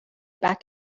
back